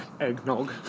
eggnog